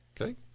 Okay